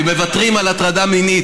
מוותרים על הטרדה מינית?